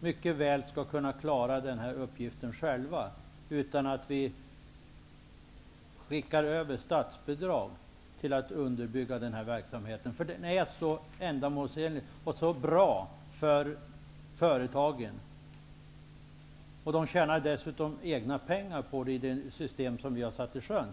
mycket väl skall kunna klara den själva, utan några statsbidrag. Den är ändamålsenlig och bra för företagen, och dessutom tjänar de pengar på den i det system som vi har satt i sjön.